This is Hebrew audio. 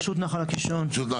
אני מרשות נחל הקישון.